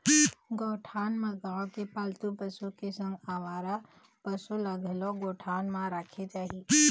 गौठान म गाँव के पालतू पशु के संग अवारा पसु ल घलोक गौठान म राखे जाही